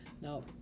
No